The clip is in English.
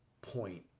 point